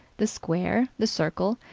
the square, the circle,